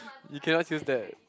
you cannot choose that